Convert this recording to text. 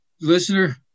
listener